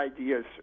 ideas